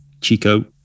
Chico